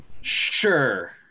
Sure